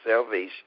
salvation